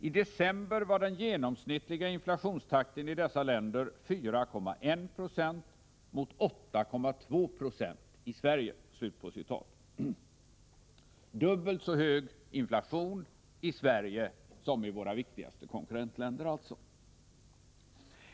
I december var den genomsnittliga inflationstakten i dessa länder 4,1 procent mot 8,2 procent i Sverige.” Inflationen var alltså dubbelt så hög i Sverige som i våra viktigaste konkurrentländer.